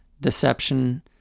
deception